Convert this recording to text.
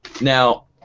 Now